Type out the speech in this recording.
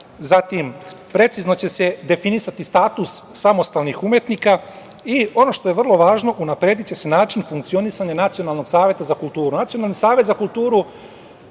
Zatim, precizno će se definisati status samostalnih umetnika i ono što je vrlo važno unaprediće se način funkcionisanja Nacionalnog saveta za kulturu. Nacionalni savet za kulturu